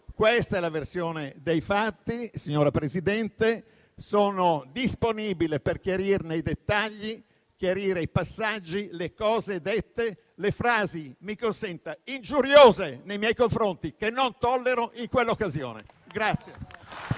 Questa è la versione dei fatti, signora Presidente. Sono disponibile per chiarirne i dettagli, i passaggi, le cose dette e le frasi - mi consenta - ingiuriose nei miei confronti, che non tollero, espresse in quell'occasione.